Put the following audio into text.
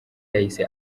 yahise